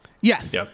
yes